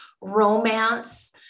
romance